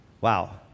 wow